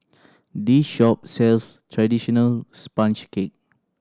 this shop sells traditional sponge cake